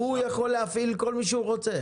הוא יכול להפעיל את כל מי שהוא רוצה.